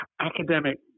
academic